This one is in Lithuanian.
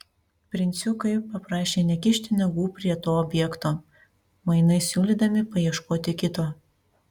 princiukai paprašė nekišti nagų prie to objekto mainais siūlydami paieškoti kito